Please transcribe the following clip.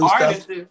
artists